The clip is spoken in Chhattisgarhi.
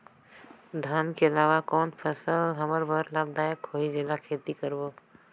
धान के अलावा कौन फसल हमर बर लाभदायक होही जेला खेती करबो?